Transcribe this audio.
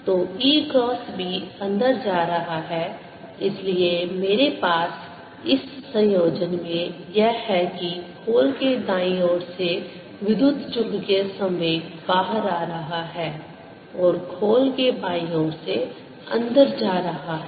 तो E cross B अंदर जा रहा है इसलिए मेरे पास इस संयोजन में यह है कि खोल के दाईं ओर से विद्युत चुम्बकीय संवेग बाहर आ रहा है और खोल के बाईं ओर से अंदर जा रहा है